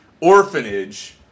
orphanage